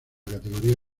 categoría